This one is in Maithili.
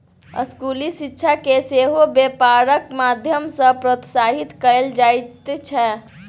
स्कूली शिक्षाकेँ सेहो बेपारक माध्यम सँ प्रोत्साहित कएल जाइत छै